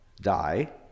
die